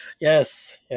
yes